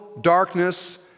darkness